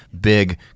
big